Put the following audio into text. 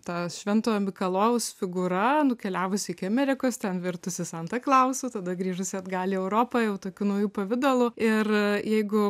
ta šventojo mikalojaus figūra nukeliavus iki amerikos ten virtusi santa klausu tada grįžusi atgal į europą jau tokiu nauju pavidalu ir jeigu